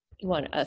one